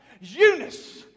Eunice